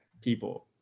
people